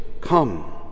come